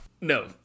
no